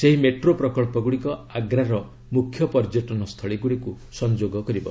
ସେହି ମେଟ୍ରୋ ପ୍ରକଳ୍ପ ଗୁଡ଼ିକ ଆଗ୍ରାର ମୁଖ୍ୟ ପର୍ଯ୍ୟଟନସ୍ଥଳୀ ଗୁଡ଼ିକୁ ସଂଯୋଗ କରିବ